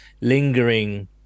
lingering